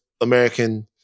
American